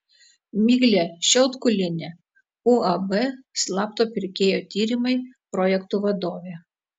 miglė šiautkulienė uab slapto pirkėjo tyrimai projektų vadovė